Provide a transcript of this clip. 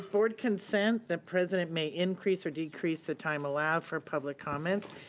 ah board consent, the president may increase or decrease the time allowed for public comments,